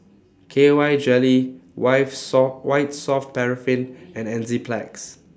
K Y Jelly wife Saw White Soft Paraffin and Enzyplex